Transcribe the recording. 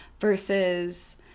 Versus